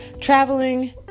traveling